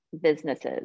businesses